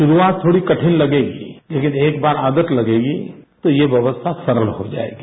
शुरूआत थोड़ी कठिन लगेगी लेकिन एक बार आदत लगेगी तो यह व्यवस्था सरल हो जाएगी